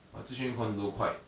but zi quan condo quite